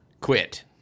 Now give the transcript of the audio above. quit